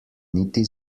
niti